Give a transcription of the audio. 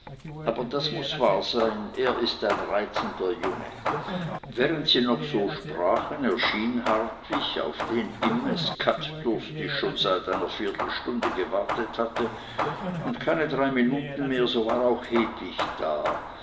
aber das muß wahr sein es ist ein reizender junge während sie noch so sprachen erschien hartwig auf den imme skatdurstig schon seit einer viertelstunde gewartet hatte und keine drei minuten mehr so war auch hedwig da